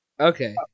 okay